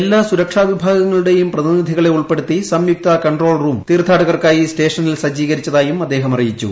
എല്ലാ സുരക്ഷാ വിഭാഗങ്ങളുടെ പ്രതിനിധികളെ ഉൾപ്പെടുത്തി സംയുക്ത കൺട്രോൾ റൂം തീർത്ഥാടകർക്കായി സ്റ്റേഷനിൽ സജ്ജീകരിച്ചതായും അദ്ദേഹം അറിയിച്ചു